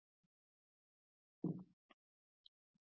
हा डिफरन्स आहे